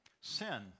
sin